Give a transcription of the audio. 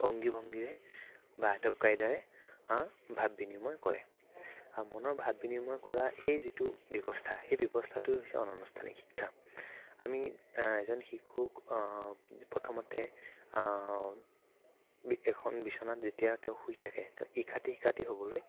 অঙ্গী ভঙ্গীৰে বা আদব কায়দাৰে ভাব বিনিময় কৰে আৰু মনৰ ভাব বিনিময় কৰা সেই যিটো ব্যৱস্থা সেই ব্যৱস্থাটোৱে হৈছে অনানুষ্ঠানিক শিক্ষা আমি এজন শিশুক প্ৰথমতে এখন বিচনাত তেওঁ যেতিয়া শুই থাকে ইকাতি সিকাতি হ'বলৈ